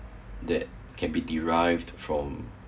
that can be derived from